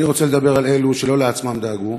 אני רוצה לדבר על אלו שלא לעצמם דאגו